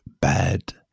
bad